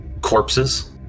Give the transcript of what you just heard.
corpses